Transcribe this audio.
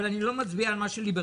אבל אני לא מצביע על מה שכתב ליברמן.